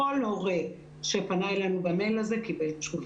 הורה שפנה אלינו במייל הזה קיבל תשובה.